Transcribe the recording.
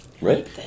Right